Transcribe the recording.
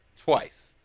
twice